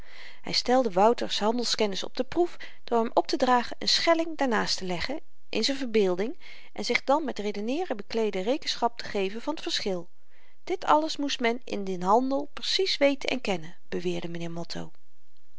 hy stelde wouter's handelskennis op de proef door hem optedragen n schelling daarnaast te leggen in z'n verbeelding en zich dan met redenen bekleede rekenschap te geven van t verschil dit alles moest men in den handel precies weten en kennen beweerde m'nheer motto